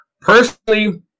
personally